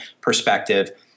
perspective